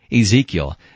Ezekiel